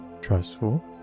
trustful